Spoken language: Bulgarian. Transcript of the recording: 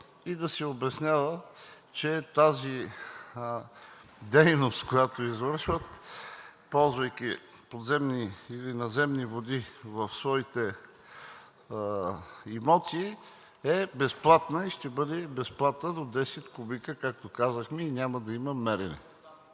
да се обяснява, че тази дейност, която извършват, ползвайки подземни или наземни води в своите имоти, е безплатна и ще бъде безплатна до 10 кубика, както казахме, и няма да има мерене.